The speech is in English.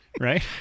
Right